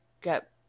Get